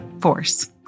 force